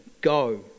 go